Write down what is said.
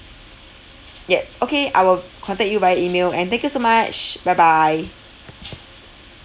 ya okay I will contact you via email and thank you so much bye bye